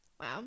Wow